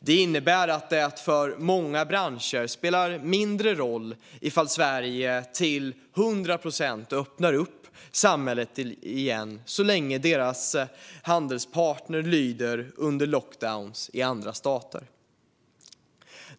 Det innebär att det för många branscher spelar mindre roll ifall Sverige till 100 procent öppnar upp samhället igen så länge deras handelspartner lyder under lockdowns i andra stater.